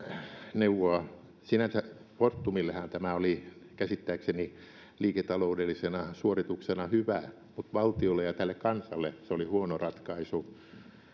neuvoa sinänsä fortumillehan tämä oli käsittääkseni liiketaloudellisena suorituksena hyvä mutta valtiolle ja tälle kansalle se oli huono ratkaisu